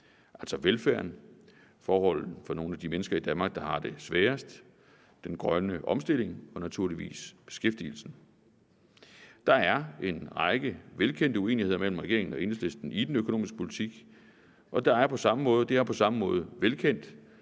om velfærden, forholdet for nogle af de mennesker i Danmark, der har det sværest, den grønne omstilling og naturligvis beskæftigelsen. Der er en række velkendte uenigheder mellem regeringen og Enhedslisten i den økonomiske politik, og det er på samme måde velkendt,